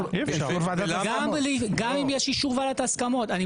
גם אם יש אישור ועדת ההסכמות.